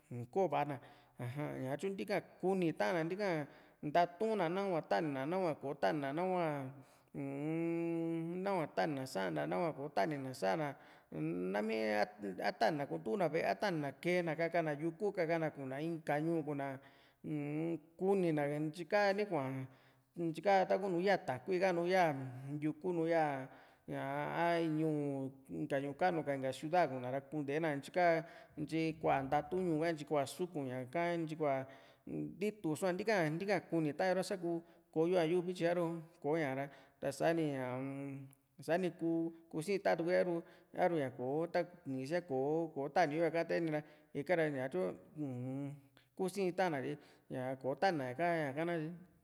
un kò´o va´a na ja ñatyu ntika kunii taán ntiká ntatuna nahua tani na nahua kò´o tanina nahua uu-n nahua tanina sa´a na nahua kò´o tanina sa´a na mnami a tanina kuntu na ve´e a na kee na kakana yuku kakana kuna inka ñuu ku´na uu-m kunina ntyi ka niku´a ntyi ka´a takunu yaa takui takunu ya yuku nùù ya ñaa a ñuu inka ñuu kanu ka inka ciuda ku´na kunte na ntyi ká ntyi kuá ntatu ñuu ka ntyi kuá suku´ñaka ntyi kuá ntituso´a ntika ntika kuni ta´an yo ra saku kò´o yo ña yuvi tyi a´ru koña ra ta´sa ni ñá u-m sa´ni ku kuu´sii ta´an tukue a´ru a´ru ña kò´o ya nikisia kò´o ko ta´ni yo ña kaa ta´an yo nira ikara ñatyo uu-m kusii´n ta´an na tyi ña kotanina ña´ka nakatye ni